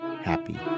Happy